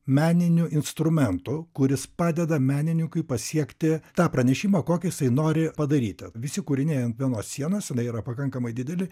meniniu instrumentu kuris padeda menininkui pasiekti tą pranešimą kokį jisai nori padaryti visi kūriniai ant vienos sienos jinai yra pakankamai didelė